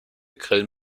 grillen